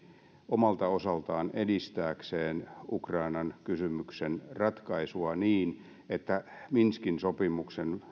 omalta osaltaan edistääkseen ukrainan kysymyksen ratkaisua niin että minskin sopimuksen